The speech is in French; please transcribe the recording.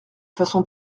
façons